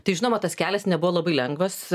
tai žinoma tas kelias nebuvo labai lengvas